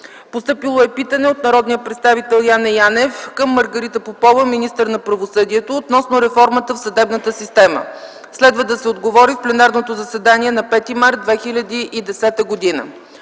март 2010 г. Питане от народния представител Яне Георгиев Янев към Маргарита Попова, министър на правосъдието, относно реформата в съдебната система. Следва да се отговори в пленарното заседание на 5 март 2010 г.